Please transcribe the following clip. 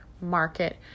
market